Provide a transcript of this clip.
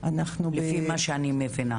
לפי מה שאני מבינה.